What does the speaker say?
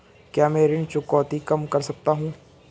क्या मैं ऋण चुकौती कम कर सकता हूँ?